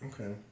Okay